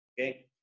okay